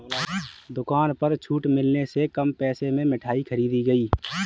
दुकान पर छूट मिलने से कम पैसे में मिठाई खरीदी गई